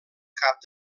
cap